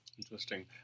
Interesting